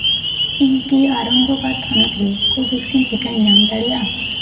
ᱤᱧᱠᱤ ᱟᱨᱚᱝᱜᱚᱵᱟᱫᱽ ᱦᱚᱱᱚᱛ ᱨᱮ ᱠᱳᱼᱵᱷᱮᱠᱥᱤᱱ ᱼ ᱴᱤᱠᱟᱹᱧ ᱧᱟᱢ ᱫᱟᱲᱤᱭᱟᱜᱼᱟ